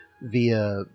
Via